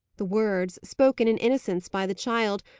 the words, spoken in innocence by the child,